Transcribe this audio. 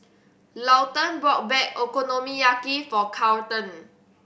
Lawton bought Okonomiyaki for Carlton